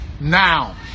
now